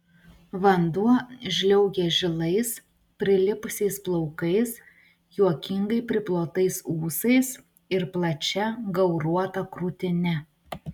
vanduo žliaugė žilais prilipusiais plaukais juokingai priplotais ūsais ir plačia gauruota krūtine